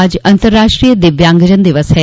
आज अंतर्राष्ट्रीय दिव्यांगजन दिवस है